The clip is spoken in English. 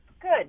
Good